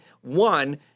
one